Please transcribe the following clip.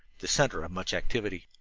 the center of much activity.